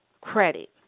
credit